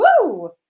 woo